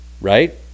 Right